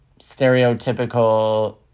stereotypical